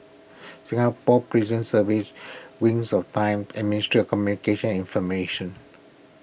Singapore Prison Service Wings of Time and Ministry of Communications and Information